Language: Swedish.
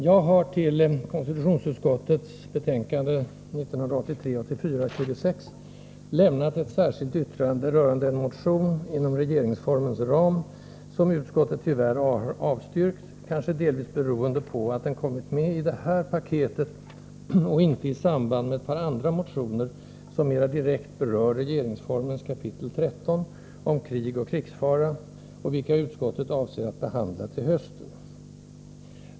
Jag har till konstitutionsutskottets betänkande 1983/84:26 lämnat ett särskilt yttrande rörande en motion inom regeringsformens ram, 59 Vissa frågor på det som utskottet tyvärr avstyrkt, kanske delvis beroende på att den kommit med i det här ”paketet” och inte sammanförts med ett par andra motioner som mera direkt berör regeringsformens kap. 13 — om krig och krigsfara — och vilka utskottet avser att behandla till hösten.